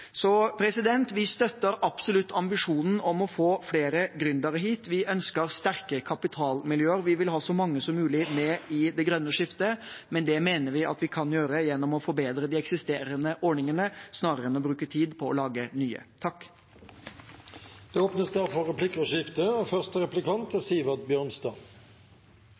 Så vi støtter absolutt ambisjonen om å få flere gründere hit. Vi ønsker sterke kapitalmiljøer. Vi vil ha så mange som mulig med i det grønne skiftet, men det mener vi at vi kan gjøre gjennom å forbedre de eksisterende ordningene, snarere enn å bruke tid på å lage nye. Det blir replikkordskifte. Statsråden sa i sitt innlegg at man ikke skal legge hindringer for